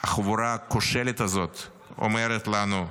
החבורה הכושלת הזאת אומרת לנו: